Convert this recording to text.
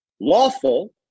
lawful